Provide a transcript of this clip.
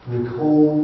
Recall